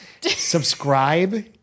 subscribe